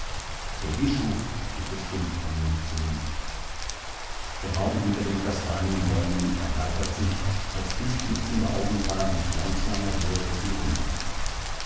der bischof geht es dumpf von mund zu mund der raum hinter den kastanienbäumen erweitert sich als dies blitzende augenpaar mit langsamer würde die runde macht